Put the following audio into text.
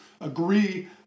agree